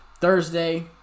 Thursday